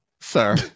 sir